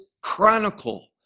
chronicle